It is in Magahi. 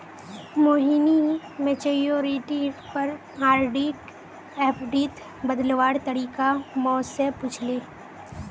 मोहिनी मैच्योरिटीर पर आरडीक एफ़डीत बदलवार तरीका मो से पूछले